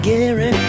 Gary